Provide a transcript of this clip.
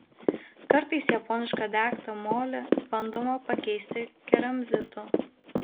kartais japonišką degtą molį bandoma pakeisti keramzitu